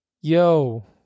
Yo